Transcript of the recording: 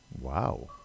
Wow